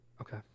okay